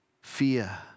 fear